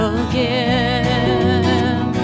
again